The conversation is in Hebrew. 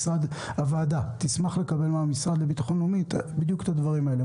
הוועדה תשמח לקבל מהמשרד לביטחון לאומי בדיוק את הדברים האלה,